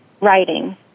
writing